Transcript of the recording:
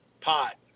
Pot